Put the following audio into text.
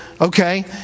okay